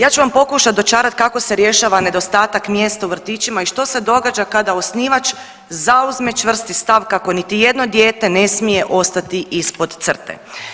Ja ću vam pokušati dočarati kako se rješava nedostatak mjesta u vrtićima i što se događa kada osnivač zauzme čvrsti stav kako niti jedno dijete ne smije ostati ispod crte.